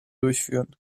durchführen